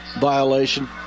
violation